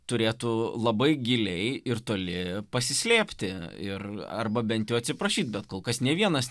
turėtų labai giliai ir toli pasislėpti ir arba bent jau atsiprašyt bet kol kas nė vienas